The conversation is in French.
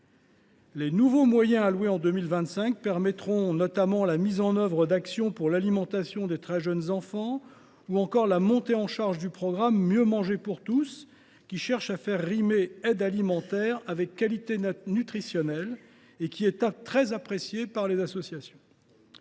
Les nouveaux moyens alloués en 2025 permettront notamment la mise en œuvre d’actions portant sur l’alimentation des très jeunes enfants ou encore la montée en charge du programme Mieux manger pour tous (MMPT), qui cherche à faire rimer aide alimentaire et qualité nutritionnelle, et qui est très apprécié par les associations.